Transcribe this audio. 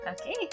Okay